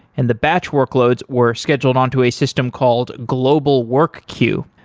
and the batch workloads were scheduled onto a system called global work queue.